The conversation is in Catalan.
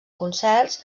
concerts